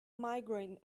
migraine